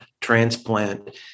transplant